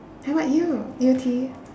how about you yew tee